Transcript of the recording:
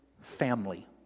family